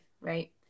right